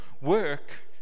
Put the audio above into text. Work